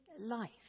life